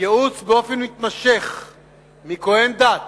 ייעוץ באופן מתמשך מכוהן דת,